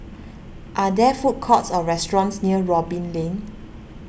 are there food courts or restaurants near Robin Lane